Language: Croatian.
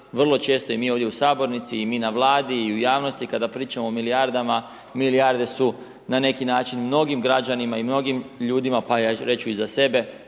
vrlo često i mi ovdje u sabornici i mi na Vladi i u javnosti kada pričamo o milijardama, milijarde su na neki način mnogim građanima i mnogim ljudima, pa ja ću reći i za sebe